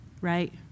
right